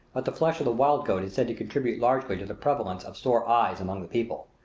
but the flesh of the wild goat is said to contribute largely to the prevalence of sore eyes among the people.